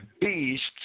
beasts